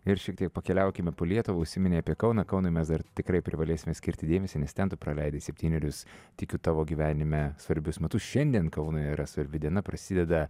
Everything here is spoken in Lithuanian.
ir šiek tiek pakeliaukime po lietuvą užsiminei apie kauną kaunui mes dar tikrai privalėsime skirti dėmesį nes ten tu praleidai septynerius tikiu tavo gyvenime svarbius metus šiandien kaunui yra svarbi diena prasideda